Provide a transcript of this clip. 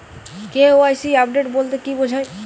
KYC update বলতে কি বোঝায়?